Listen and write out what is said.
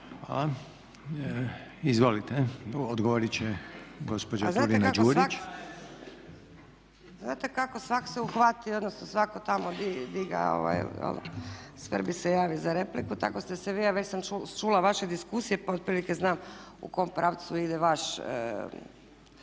Hvala. Izvolite, odgovoriti će gospođa Turina Đurić. **Turina-Đurić, Nada (HNS)** A znate kako, svatko se uhvati, odnosno svatko tamo gdje ga svrbi javi za repliku tako ste se vi, a već sam čula vaše diskusije pa otprilike znam u kojem pravcu ide vaš